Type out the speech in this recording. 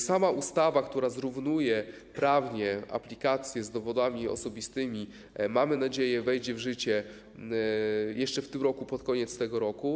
Sama ustawa, która zrównuje prawnie aplikację z dowodami osobistymi, mamy nadzieję, że wejdzie w życie jeszcze w tym roku, pod koniec tego roku.